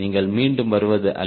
நீங்கள் மீண்டும் வருவது அல்ல